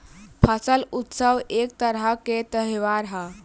फसल उत्सव एक तरह के त्योहार ह